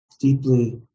deeply